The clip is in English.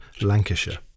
Lancashire